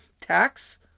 tax